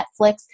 Netflix